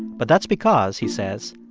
but that's because, he says,